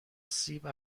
سیب